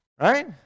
Right